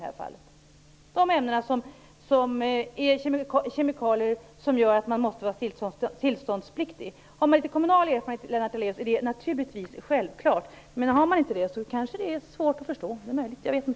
Det är kemikalier som gör att verksamheten är tillståndspliktig. Har man litet kommunal erfarenhet, Lennart Daléus, är det självklart. Har man inte det är det kanske svårt att förstå. Det är möjligt.